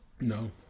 No